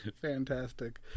Fantastic